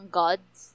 gods